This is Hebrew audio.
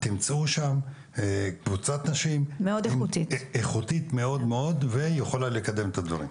תמצאו שם קבוצת נשים איכותית מאוד מאוד ויכולה לקדם את הדברים.